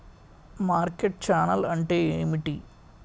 Market channel అంటే ఏమిటి?